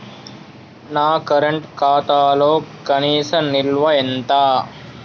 నా కరెంట్ ఖాతాలో కనీస నిల్వ ఎంత?